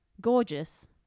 gorgeous